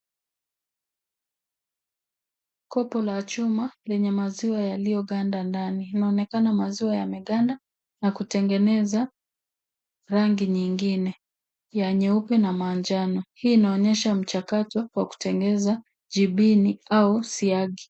Kopo la chuma lenye maziwa yaliyoganda ndani inaonekana maziwa yameganda na kutengeneza rangi nyingine ya nyeupe na manjano. Hii inaonyesha mchakato wa kutengeneza jibini au siagi.